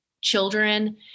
children